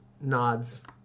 nods